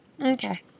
Okay